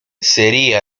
sería